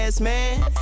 man